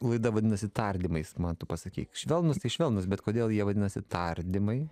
laida vadinasi tardymais man tu pasakyk švelnūs švelnūs bet kodėl jie vadinasi tardymai